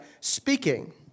speaking